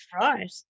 Right